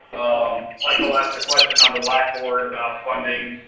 michael asked a question on the blackboard about funding,